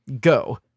Go